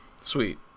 sweet